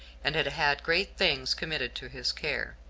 and had had great things committed to his care.